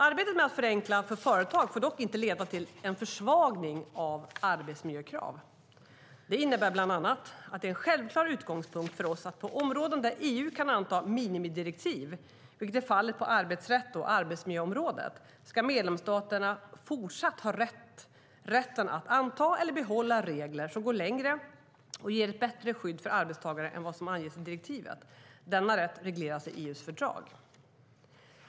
Arbetet med att förenkla för företag får dock inte leda till en försvagning av arbetsmiljökrav. Det innebär bland annat att det är en självklar utgångspunkt för oss att på områden där EU kan anta minimidirektiv, vilket är fallet på arbetsrätts och arbetsmiljöområdet, ska medlemsstaterna fortsatt ha rätten att anta eller behålla regler som går längre och ger ett bättre skydd för arbetstagare än vad som anges i direktivet. Denna rätt regleras i EU:s fördrag.